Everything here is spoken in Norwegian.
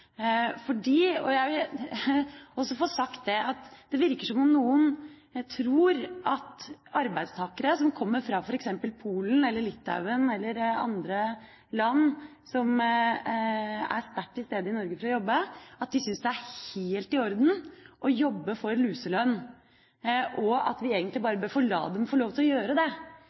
jeg vil også få sagt det – det virker som om noen tror at arbeidstakere som kommer fra f.eks. Polen, Litauen eller andre land, og som er sterkt til stede i Norge for å jobbe, syns det er helt i orden å jobbe for luselønn, og at vi egentlig bare bør la dem få lov til å gjøre det.